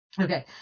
Okay